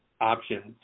options